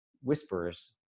whispers